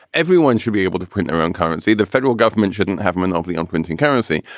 everyone should be able to print their own currency. the federal government shouldn't have a monopoly on printing currency.